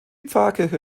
pfarrkirche